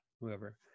whoever